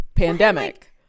pandemic